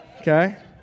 Okay